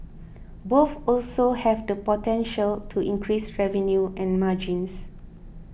both also have the potential to increase revenue and margins